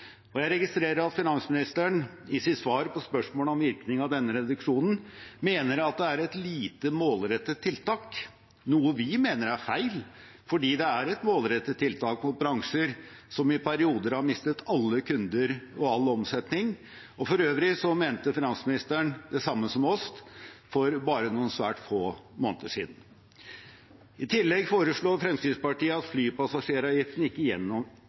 Jeg registrerer at finansministeren i sitt svar på spørsmål om virkning av denne reduksjonen mener at det er et lite målrettet tiltak, noe vi mener er feil, fordi det er et målrettet tiltak mot bransjer som i perioder har mistet alle kunder og all omsetning. For øvrig mente finansministeren det samme som oss for bare noen svært få måneder siden. I tillegg foreslår Fremskrittspartiet at flypassasjeravgiften ikke